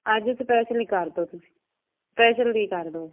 ਅੱਜ ਸਪੈਸ਼ਲੀ ਕਰ ਦਿਓ ਤੁਸੀਂ ਸਪੈਸ਼ਲ ਦੀ ਕਰ ਦਿਓ